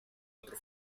otro